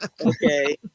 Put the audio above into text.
Okay